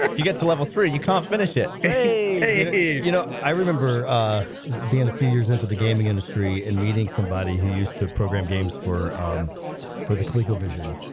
ah you get to level three you can't finish it. yeah you know i remember being a few years into the gaming industry in meeting somebody who used to program games for for the colecovision,